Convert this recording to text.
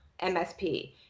MSP